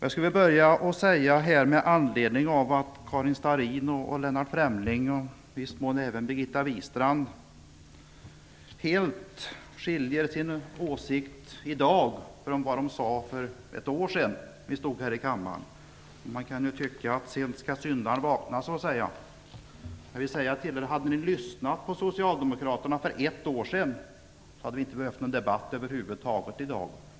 Jag skulle vilja börja med att Karin Starrin, Lennart Fremling och i viss mån även Birgitta Wistrand i dag har en åsikt som helt skiljer sig från vad den var för ett år sedan. Man kan tycka att sent skall syndaren vakna. Hade ni lyssnat på socialdemokraterna för ett år sedan, hade vi inte behövt någon debatt över huvud taget i dag.